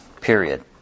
period